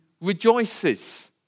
rejoices